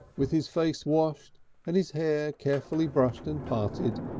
with his face washed and his hair carefully brushed and parted,